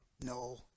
No